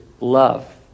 love